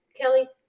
Kelly